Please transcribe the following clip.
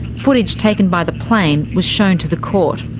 footage taken by the plane was shown to the court.